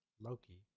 Loki